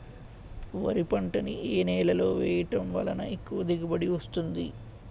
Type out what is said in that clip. వరి పంట ని ఏ నేలలో వేయటం వలన ఎక్కువ దిగుబడి వస్తుంది?